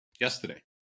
yesterday